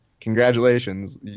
congratulations